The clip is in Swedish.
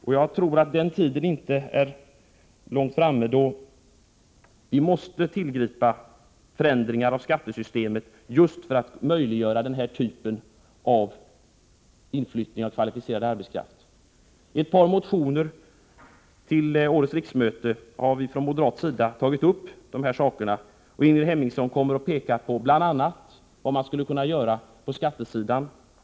Den tiden är nog inte långt borta då vi måste tillgripa förändringar i skattesystemet för att möjliggöra just denna typ av inflyttning av kvalificerad arbetskraft. I ett par motioner till detta riksmöte har vi från moderat sida tagit upp dessa frågor. Ingrid Hemmingsson kommer att redovisa vad man bl.a. skulle kunna göra på skattesidan.